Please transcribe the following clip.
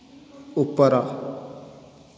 ଉପର